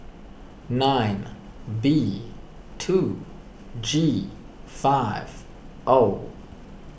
nine B two G five O